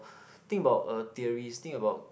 think about uh theories think about